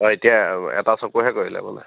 অঁ এতিয়া এটা চকুহে কৰিলে বোলে